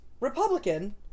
Republican